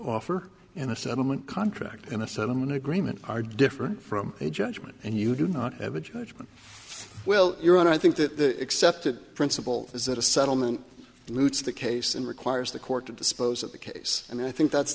offer and a settlement contract and a settlement agreement are different from a judgment and you do not have a judgment well your honor i think that the accepted principle is that a settlement lutes the case and requires the court to dispose of the case and i think that's